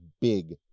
big